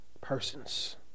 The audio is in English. persons